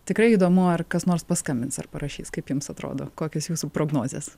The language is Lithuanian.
tikrai įdomu ar kas nors paskambins ar parašys kaip jums atrodo kokios jūsų prognozės